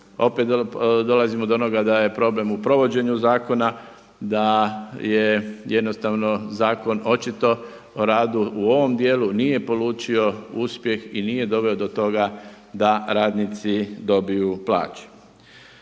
opet dolazimo do onoga da je problem u provođenju zakona, da je jednostavno zakon očito o radu u ovom dijelu nije polučio uspjeh i nije doveo do toga da radnici dobiju plaće.